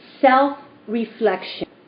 self-reflection